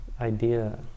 idea